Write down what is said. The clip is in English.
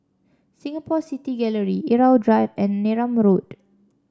Singapore City Gallery Irau Drive and Neram Road